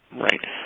Right